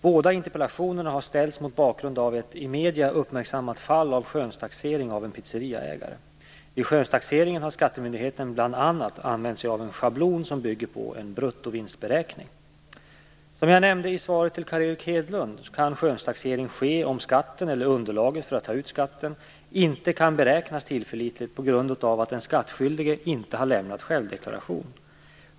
Båda interpellationerna har ställts mot bakgrund av ett i medierna uppmärksammat fall av skönstaxering av en pizzeriaägare. Vid skönstaxeringen har skattemyndigheten bl.a. använt sig av en schablon som bygger på en bruttovinstberäkning. Som jag nämnde i svaret till Carl Erik Hedlund, kan skönstaxering ske om skatten, eller underlaget för att ta ut skatten, inte kan beräknas tillförlitligt på grund av att den skattskyldige inte har lämnat självdeklaration.